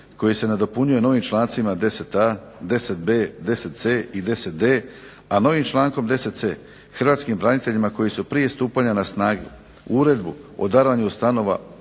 koji se nadopunjuje novih člancima 10.a, 10.b, 10.c i 10.d, a novim člankom 10.c hrvatskim braniteljima koji su prije stupanja na snagu uredbu o darovanju stanova